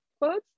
quotes